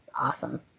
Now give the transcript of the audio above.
awesome